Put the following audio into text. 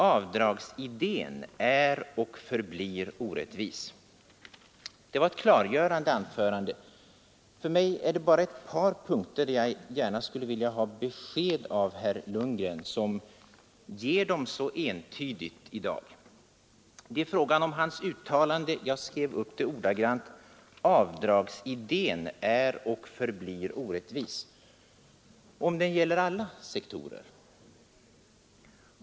Avdragsidén är och förblir orättvis. Det var ett klargörande anförande. Men på ett par punkter vill jag ha besked av herr Lundgren, som i dag ger sådana så entydigt. Det gäller hans uttalande: ”Avdragsidén är och förblir orättvis.” Men om den gäller andra sektorer?